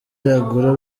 agura